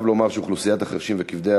אני חייב לומר שאוכלוסיית החירשים וכבדי